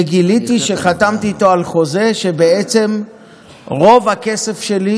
וגיליתי שחתמתי איתו על חוזה שבעצם רוב הכסף שלי,